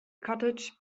cottage